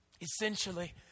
Essentially